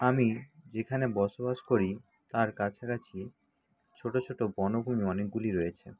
আমি যেখানে বসবাস করি তার কাছাকাছি ছোটো ছোটো বনভূমি অনেকগুলি রয়েছে